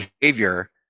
behavior